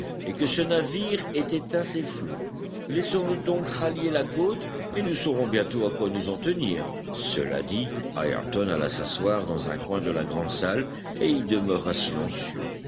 et que ce navire ait éteint ses feux laissons-le donc rallier la côte et nous saurons bientôt à quoi nous en tenir cela dit ayrton alla s'asseoir dans un coin de la grande salle et y demeura silencieux